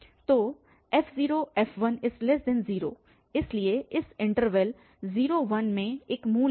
तो f0f10 इसलिए इस इन्टरवल 01 में एक मूल है